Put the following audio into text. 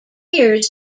years